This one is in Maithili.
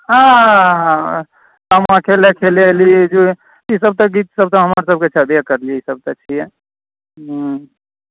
हँ हँ हम अकेले अकेले अयली जे ईसभ तऽ गीतसभ तऽ हमरासभके छेबे करलियै ईसभ तऽ छियै ह्म्म